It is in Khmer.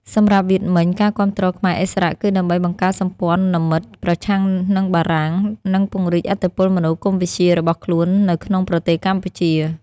សម្រាប់វៀតមិញ ការគាំទ្រខ្មែរឥស្សរៈគឺដើម្បីបង្កើតសម្ព័ន្ធមិត្តប្រឆាំងនឹងបារាំង និងពង្រីកឥទ្ធិពលមនោគមវិជ្ជារបស់ខ្លួននៅក្នុងប្រទេសកម្ពុជា។